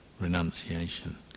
renunciation